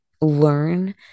learn